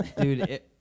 Dude